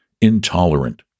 Intolerant